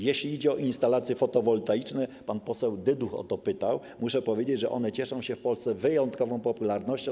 Jeśli idzie o instalacje fotowoltaiczne - pan poseł Dyduch o to pytał - muszę powiedzieć, że one cieszą się w Polsce wyjątkową popularnością.